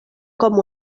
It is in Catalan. com